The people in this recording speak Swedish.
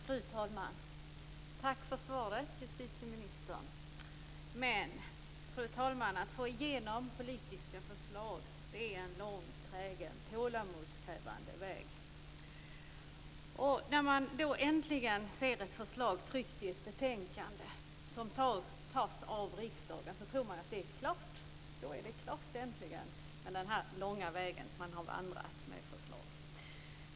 Fru talman! Tack för svaret, justitieministern. Men, fru talman, för att få igenom politiska förslag är det en lång, trägen, tålamodskrävande väg att gå. Och när man äntligen ser ett förslag i ett betänkande som antas av riksdagen, tror man att det är klart. Då är det äntligen klart efter den långa väg man har vandrat med förslaget.